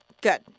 good